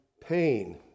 pain